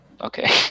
Okay